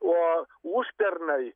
o užpernai